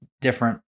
different